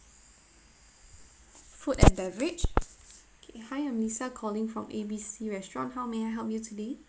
food and beverage okay hi I'm lisa calling from A B C restaurant how may I help you today